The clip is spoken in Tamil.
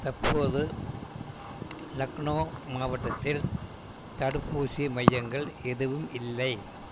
தற்போது லக்னோ மாவட்டத்தில் தடுப்பூசி மையங்கள் எதுவும் இல்லை